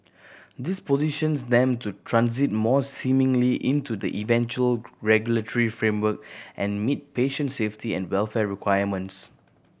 this positions them to transit more into the eventual regulatory framework and meet patient safety and welfare requirements